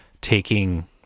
taking